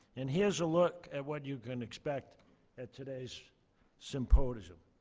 and here's a look at what you can expect at today's symposium.